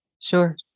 Sure